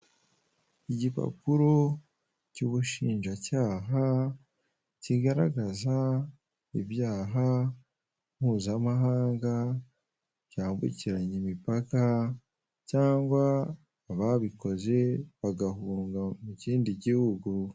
Igipapuro cy'ubushinjacyaha kigaragaza ibyaha mpuzamahanga cyambukiranya imipaka cyangwa ababikoze bagahunga mu kindi gihugu.